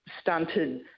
stunted